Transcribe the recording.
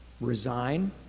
resign